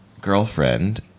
girlfriend